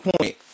point